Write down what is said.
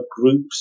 groups